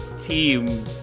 team